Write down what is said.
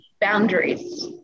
boundaries